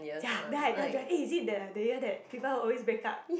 ya then I tell Joel eh is it the the year that people always break up